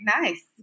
nice